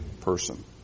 person